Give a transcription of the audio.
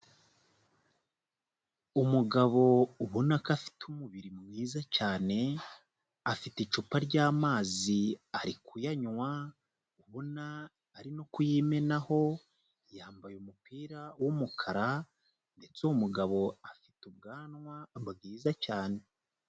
Umugabo ubona ko afite umubiri mwiza cyane, afite icupa ry'amazi ari kuyanywa, ubona ari no kuyimenaho, yambaye umupira w'umukara ndetse uwo mugabo afite ubwanwa bwiza cyane.